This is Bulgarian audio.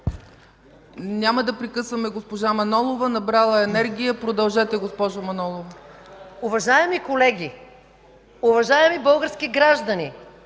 Няма да прекъсваме госпожа Манолова, набрала е енергия. Продължете, госпожо Манолова. МАЯ МАНОЛОВА: Уважаеми колеги, уважаеми български граждани,